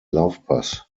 laufpass